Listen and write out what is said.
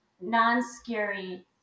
non-scary